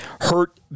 hurt